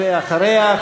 ואחריה,